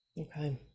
Okay